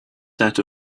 set